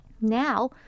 Now